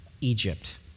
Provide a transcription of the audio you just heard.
Egypt